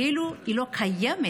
כאילו היא לא קיימת.